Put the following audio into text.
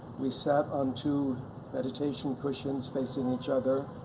we sat on two meditation cushions facing each other.